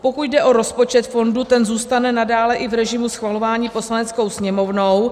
Pokud jde o rozpočet fondu, ten zůstane nadále i v režimu schvalování Poslaneckou sněmovnou.